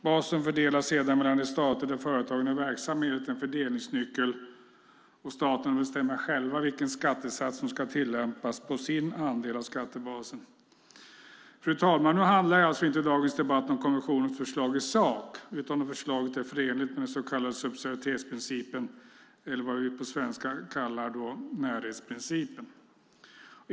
Basen fördelas sedan mellan de stater där företagen är verksamma enligt en fördelningsnyckel. Staterna bestämmer själva vilken skattesats som ska tillämpas på deras andel av skattebasen. Fru talman! Nu handlar inte dagens debatt om kommissionens förslag i sak utan om förslaget är förenligt med den så kallade subsidiaritetsprincipen eller det vi på svenska kallar närhetsprincipen.